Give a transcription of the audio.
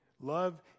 Love